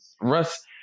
Russ